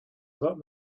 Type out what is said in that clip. that